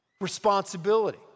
responsibility